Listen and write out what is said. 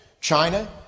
China